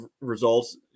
results